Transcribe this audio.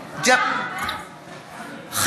בעד, בעד.